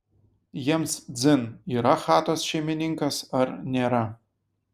jiems dzin yra chatos šeimininkas ar nėra